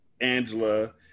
Angela